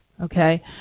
okay